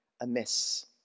amiss